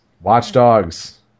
Watchdogs